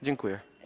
Dziękuję.